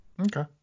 Okay